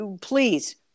Please